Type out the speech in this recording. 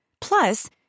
Plus